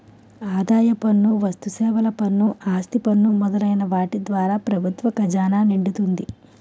ఆదాయ పన్ను వస్తుసేవల పన్ను ఆస్తి పన్ను మొదలైన వాటి ద్వారా ప్రభుత్వ ఖజానా నిండుతుంది